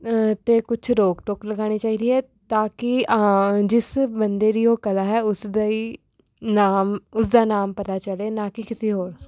ਅਤੇ ਕੁਝ ਰੋਕ ਟੋਕ ਲਗਾਉਣੀ ਚਾਹੀਦੀ ਹੈ ਤਾਂ ਕਿ ਜਿਸ ਬੰਦੇ ਦੀ ਉਹ ਕਲਾ ਹੈ ਉਸ ਦਾ ਹੀ ਨਾਮ ਉਸਦਾ ਨਾਮ ਪਤਾ ਚੜ੍ਹੇ ਨਾ ਕਿ ਕਿਸੇ ਹੋਰ